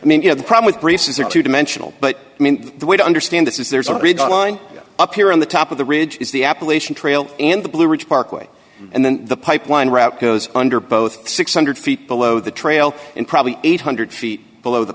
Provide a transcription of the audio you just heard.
i mean you know the problem with braces are two dimensional but i mean the way to understand this is there's a red line up here on the top of the ridge is the appalachian trail and the blue ridge parkway and then the pipeline route goes under both six hundred feet below the trail and probably eight hundred feet below the